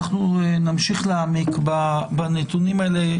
אנחנו נמשיך להעמיק בנתונים האלה.